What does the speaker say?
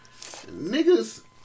niggas